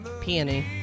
Peony